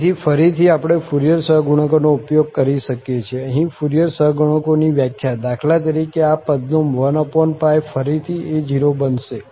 તેથી ફરીથી આપણે ફુરિયર સહગુણકોનો ઉપયોગ કરી શકીએ છીએ અહીં ફુરિયર સહગુણકોની વ્યાખ્યા દાખલા તરીકે આ પદનો 1 ફરીથી a0 બનશે